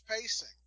pacing